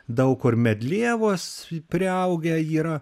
daug kur medlievos priaugę yra